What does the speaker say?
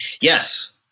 Yes